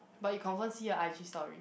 but you confirm see her i_g story